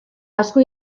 asko